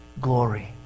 glory